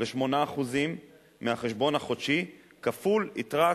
ל-8% מהחשבון החודשי כפול יתרת